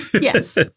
Yes